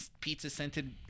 pizza-scented